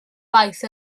waith